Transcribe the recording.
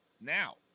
now